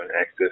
access